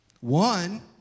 One